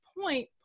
point